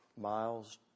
miles